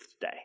day